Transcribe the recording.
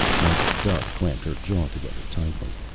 margaret duffe clamped her jaw together tightly.